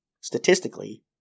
statistically